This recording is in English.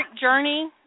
Journey